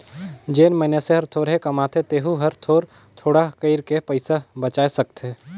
जेन मइनसे हर थोरहें कमाथे तेहू हर थोर थोडा कइर के पइसा बचाय सकथे